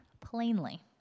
plainly